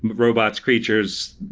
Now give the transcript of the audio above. robots, creatures,